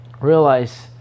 realize